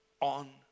on